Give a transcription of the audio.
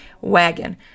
wagon